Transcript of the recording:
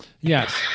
Yes